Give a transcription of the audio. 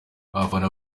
abafana